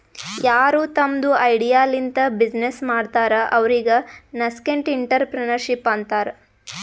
ಯಾರು ತಮ್ದು ಐಡಿಯಾ ಲಿಂತ ಬಿಸಿನ್ನೆಸ್ ಮಾಡ್ತಾರ ಅವ್ರಿಗ ನಸ್ಕೆಂಟ್ಇಂಟರಪ್ರೆನರ್ಶಿಪ್ ಅಂತಾರ್